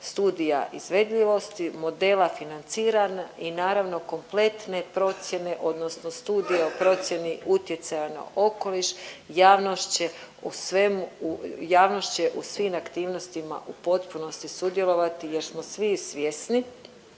studija izvedljivosti, modela financiranja i naravno kompletne procjene odnosno studije o procjeni utjecaja na okoliš. Javnost će o svemu, javnost će u svim aktivnostima u potpunosti sudjelovati jer smo svi svjesni